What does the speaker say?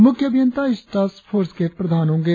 मुख्य अभियंता इस टास्क फोर्स के प्रधान होंगे